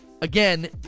again